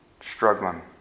struggling